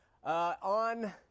On